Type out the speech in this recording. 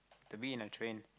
to be in a train